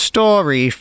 Story